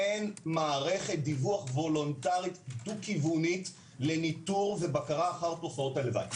אין מערכת דיווח וולונטרית דו-כיוונית לניטור ובקרה אחרי תופעות הלוואי.